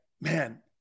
man